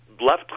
left